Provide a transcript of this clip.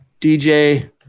DJ